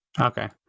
Okay